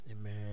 Amen